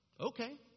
Okay